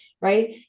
right